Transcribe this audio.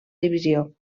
divisió